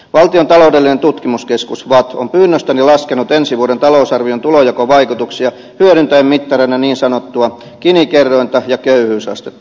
valtion taloudellinen tutkimuskeskus vatt on pyynnöstäni laskenut ensi vuoden talousarvion tulonjakovaikutuksia hyödyntäen mittareina niin sanottua gini kerrointa ja köyhyysastetta